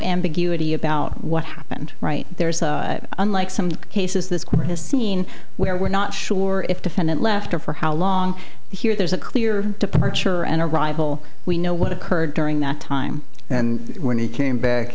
ambiguity about what happened right there is unlike some cases this court has seen where we're not sure if defendant left or for how long here there's a clear departure and arrival we know what occurred during that time and when he came back